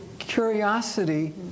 curiosity